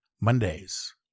Mondays